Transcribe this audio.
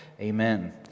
Amen